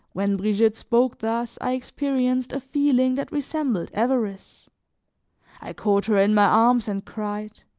when brigitte spoke thus, i experienced a feeling that resembled avarice i caught her in my arms and cried